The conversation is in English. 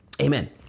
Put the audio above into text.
amen